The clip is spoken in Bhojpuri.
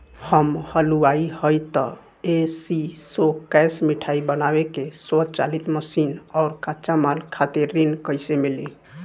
हम हलुवाई हईं त ए.सी शो कैशमिठाई बनावे के स्वचालित मशीन और कच्चा माल खातिर ऋण कइसे मिली?